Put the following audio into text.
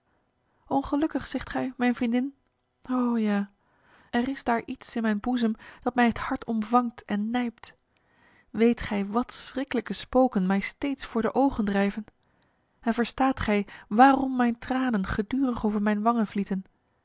ongelukkig zegt gij mijn vriendin ho ja er is daar iets in mijn boezem dat mij het hart omvangt en nijpt weet gij wat schriklijke spoken mij steeds voor de ogen drijven en verstaat gij waarom mijn tranen gedurig over mijn wangen vlieten